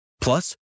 Plus